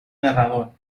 narrador